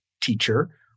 teacher